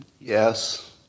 Yes